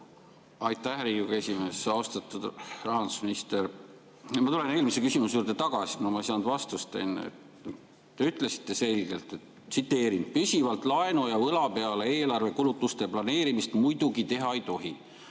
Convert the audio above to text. Aitäh, Riigikogu esimees! Austatud rahandusminister! Ma tulen eelmise küsimuse juurde tagasi, sest ma ei saanud enne vastust. Te ütlesite selgelt, tsiteerin: "Püsivalt laenu ja võla peale eelarve kulutuste planeerimist muidugi teha ei tohi."